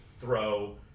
throw